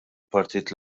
partit